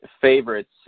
favorites